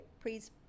please